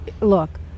look